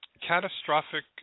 catastrophic